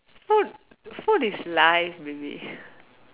food food is life baby